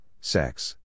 sex